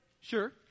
Sure